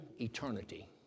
eternity